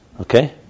Okay